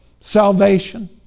salvation